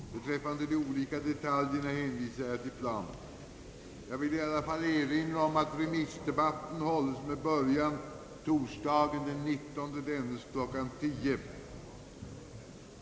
Beträffande de olika detaljerna hänvisar jag till planen. Jag vill dock erinra om att remissdebatten hålles med början tors dagen den 19 ds kl. 10.00.